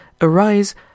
arise